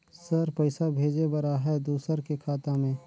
Sir पइसा भेजे बर आहाय दुसर के खाता मे?